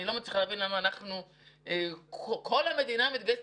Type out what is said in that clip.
אני לא מצליחה להבין למה כל המדינה מתגייסת